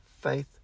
faith